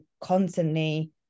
constantly